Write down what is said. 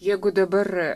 jeigu dabar